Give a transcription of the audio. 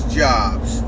jobs